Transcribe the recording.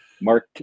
Mark